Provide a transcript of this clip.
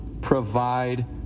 provide